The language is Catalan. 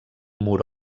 mur